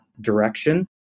direction